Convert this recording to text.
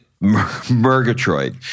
Murgatroyd